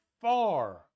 far